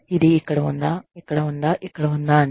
ఇది ఇక్కడ ఉందా ఇక్కడ ఉందా ఇక్కడ ఉందా అని